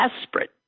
desperate